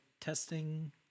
testing